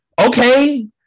Okay